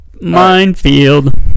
Minefield